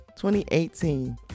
2018